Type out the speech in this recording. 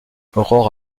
aurore